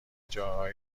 جاهای